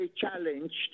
challenged